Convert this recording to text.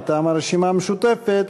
מטעם הרשימה המשותפת,